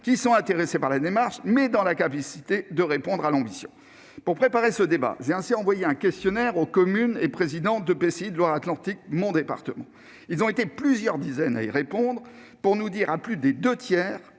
ils sont intéressés par la démarche, mais incapables de répondre à son ambition. Pour préparer ce débat, j'ai envoyé un questionnaire aux communes et aux présidents d'EPCI de Loire-Atlantique, mon département. Ils ont été plusieurs dizaines à y répondre. Plus des deux tiers